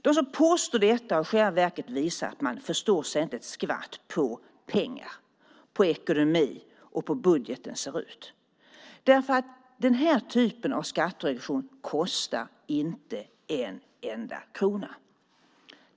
De som påstår detta har i själva verket visat att man inte förstår sig ett skvatt på pengar, på ekonomi och på hur budgeten ser ut, därför att den här typen av skattereduktion kostar inte en enda krona.